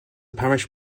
parish